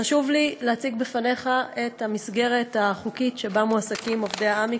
חשוב לי להציג בפניך את המסגרת החוקית שבה מועסקים עובדי עמ"י,